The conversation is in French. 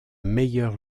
meilleur